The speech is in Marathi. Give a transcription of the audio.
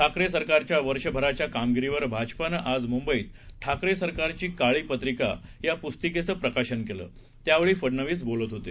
ठाकरे सरकारच्या वर्षभराच्या कमागिरीवर भाजपानं आज म्ंबईत ठाकरे सरकारची काळी पत्रिका या प्स्तिकेचं प्रकाशन केलं त्यावेळी फडनवीस बोलत होते